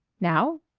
now?